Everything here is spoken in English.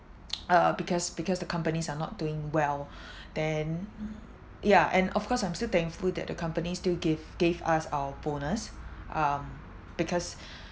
uh because because the companies are not doing well then ya and of course I'm still thankful that the companies still give gave us our bonus um because